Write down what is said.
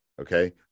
okay